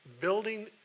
building